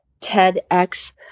TEDx